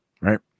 right